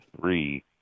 three